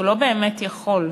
הוא לא באמת יכול,